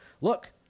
look